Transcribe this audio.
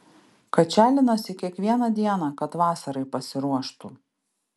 kačialinasi kiekvieną dieną kad vasarai pasiruoštų